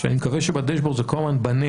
שאני מקווה שבדשבורד זה כל הזמן בנטו,